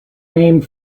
named